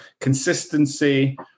consistency